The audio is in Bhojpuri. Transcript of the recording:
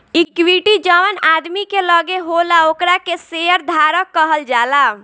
इक्विटी जवन आदमी के लगे होला ओकरा के शेयर धारक कहल जाला